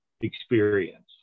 experience